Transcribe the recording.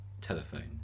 telephone